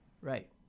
Right